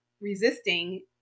resisting